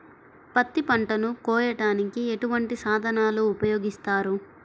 పత్తి పంటను కోయటానికి ఎటువంటి సాధనలు ఉపయోగిస్తారు?